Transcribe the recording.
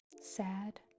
sad